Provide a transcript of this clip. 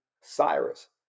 Cyrus